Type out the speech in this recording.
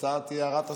התוצאה תהיה הרת אסון.